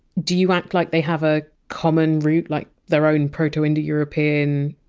do you act like they have a common root like their own proto-indo-european?